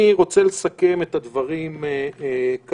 אני רוצה לסכם את הדברים כך,